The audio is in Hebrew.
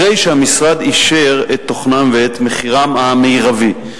אחרי שהמשרד אישר את תוכנם ואת מחירם המרבי.